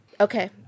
Okay